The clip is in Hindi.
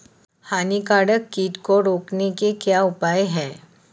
हानिकारक कीट को रोकने के क्या उपाय हैं?